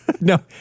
No